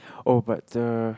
oh but the